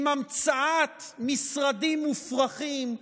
עם המצאת משרדים מופרכים,